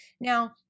Now